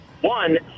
One